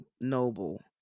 Noble